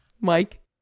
Mike